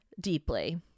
deeply